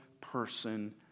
person